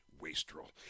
wastrel